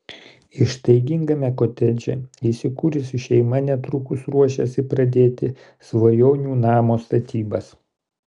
ištaigingame kotedže įsikūrusi šeima netrukus ruošiasi pradėti svajonių namo statybas